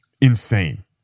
insane